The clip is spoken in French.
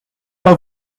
pas